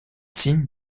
signe